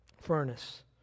furnace